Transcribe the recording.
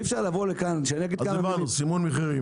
אי אפשר לבוא לכאן שאני אגיד כמה מילים --- אז אמרנו סימון מחירים.